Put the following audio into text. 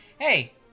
hey